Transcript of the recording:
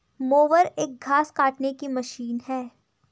mower एक घास काटने की मशीन है